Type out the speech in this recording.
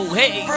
hey